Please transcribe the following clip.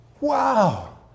Wow